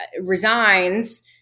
resigns